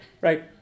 right